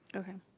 okay.